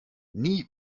nie